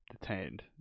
Detained